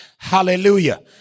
Hallelujah